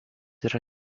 yra